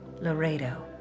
Laredo